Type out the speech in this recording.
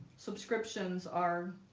subscriptions are